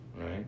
right